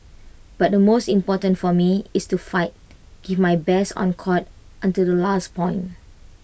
but the most important for me it's to fight give my best on court until the last point